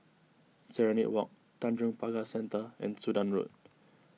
Serenade Walk Tanjong Pagar Centre and Sudan Road